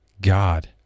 God